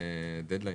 דד-ליינים.